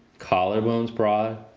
collarbones broad.